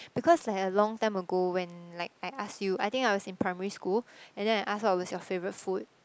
because like a long time ago when like I ask you I think I was in primary school and then I ask what was your favorite food